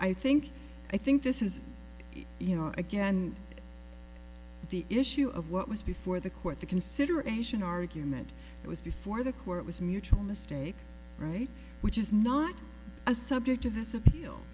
i think i think this is you know again the issue of what was before the court the consideration argument was before the court was mutual mistake right which is not a subject of this appeal